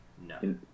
No